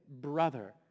brother